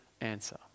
answer